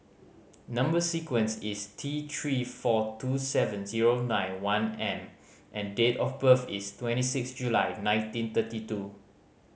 number sequence is T Three four two seven zero nine one M and date of birth is twenty six July nineteen thirty two